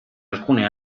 alcune